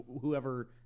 Whoever